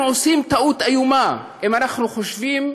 אנחנו עושים טעות איומה אם אנחנו חושבים